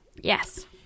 Yes